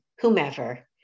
whomever